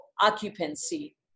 occupancy